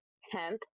hemp